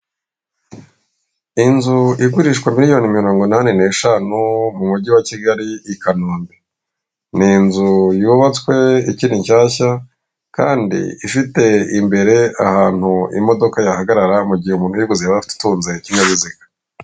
Inzu igurishwa miliyoni mirongo inani n'eshanu mu mujyi wa Kigali i Kanombe, ni inzu yubatswe ikiri nshyashya kandi ifite imbere ahantu imodoka yahagarara mu gihe umuntu uyiguze yaba atunze ikinyabiziga.